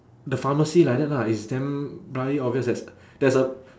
the pharmacy like that lah it's damn bloody obvious as there's a